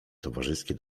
towarzyskie